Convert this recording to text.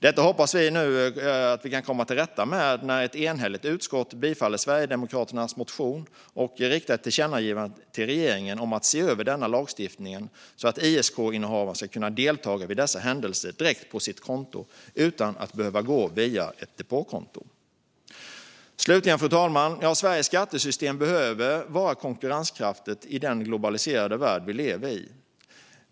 Detta hoppas vi nu kunna komma till rätta med när ett enhälligt utskott bifaller Sverigedemokraternas motion och ett tillkännagivande riktas till regeringen om att se över denna lagstiftning så att ISK-innehavaren ska kunna delta vid dessa händelser direkt med sitt konto, utan att behöva gå via ett depåkonto. Slutligen, fru talman: Sveriges skattesystem behöver vara konkurrenskraftigt i den globaliserade värld vi lever i.